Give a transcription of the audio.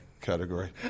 category